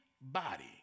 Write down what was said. body